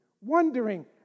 wondering